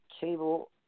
cable